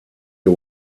you